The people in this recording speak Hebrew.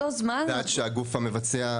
ועד שהגוף המבצע,